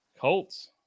colts